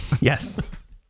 Yes